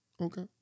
Okay